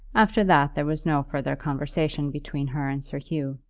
after that there was no further conversation between her and sir hugh.